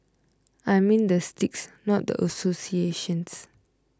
I mean the sticks not the associations